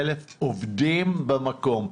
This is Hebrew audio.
עובדים במקום,